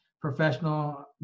professional